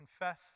confess